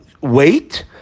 wait